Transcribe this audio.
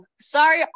Sorry